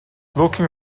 looking